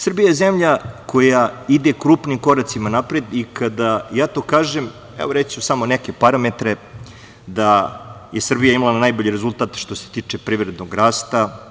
Srbija je zemlja koja ide krupnim koracima napred i kada to kažem, reći ću samo neke parametre, da je Srbija imala najbolji rezultat što se tiče privrednog rasta.